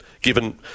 given